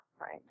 right